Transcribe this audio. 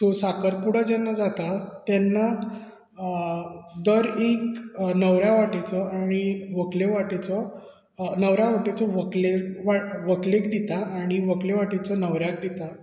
so साखर पुडो जेन्ना जाता तेन्ना आ दर एक अ न्हवऱ्या वाटेचो आनी व्हंकले वाटेचो अ न्हवऱ्या वाटेचो व्हंकलेक वा व्हंकलेक दिता आनी व्हंकले वाटेचो न्हवऱ्याक दिता